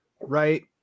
right